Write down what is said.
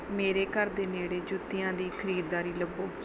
ਮੇਰੇ ਘਰ ਦੇ ਨੇੜੇ ਜੁੱਤੀਆਂ ਦੀ ਖਰੀਦਦਾਰੀ ਲੱਭੋ